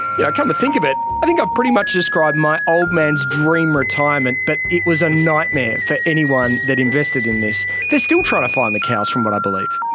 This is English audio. yeah come to think of it, i think i've pretty much described my old man's dream retirement, but it was a nightmare for anyone that invested in this. they're still trying to find the cows, from what i believe.